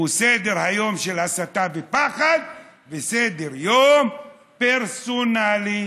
הוא סדר-יום של הסתה ופחד וסדר-יום פרסונלי,